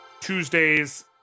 Tuesdays